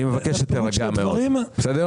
אני מבקש ---, בסדר?